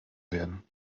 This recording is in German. werden